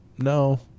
No